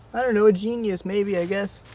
i don't know a genius. maybe i guess.